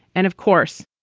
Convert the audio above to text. and of course,